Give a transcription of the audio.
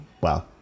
Wow